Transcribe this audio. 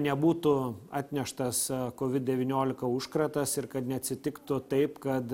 nebūtų atneštas covid devyniolika užkratas ir kad neatsitiktų taip kad